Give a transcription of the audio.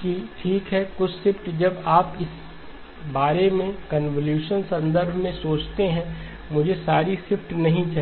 कि ठीक है कुछ शिफ्ट जब आप इस बारे में कन्वॉल्यूशनसंदर्भ में सोचते हैं मुझे सारी शिफ्ट नहीं चाहिए